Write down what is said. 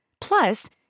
Plus